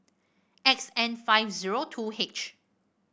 X N five zero two H